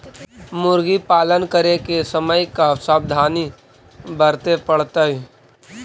मुर्गी पालन करे के समय का सावधानी वर्तें पड़तई?